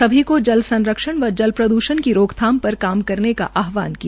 सभी को जल संरक्षण व जल प्रद्शण की रोकथाम र काम करने का आहवान किया